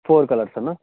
four colours Anna